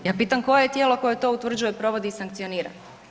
Ja pitam koje je to tijelo koje to utvrđuje, provodi i sankcionira?